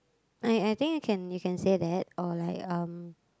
I I think you can you can say that or like um